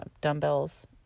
dumbbells